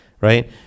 right